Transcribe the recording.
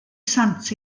sant